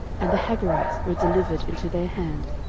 and the hagarites were delivered into their hand,